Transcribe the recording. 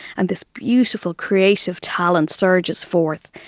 and this beautiful creative talent surges forth.